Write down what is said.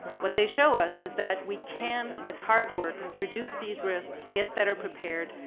what they show us is that we can with hard work reduce these risks, get better prepared,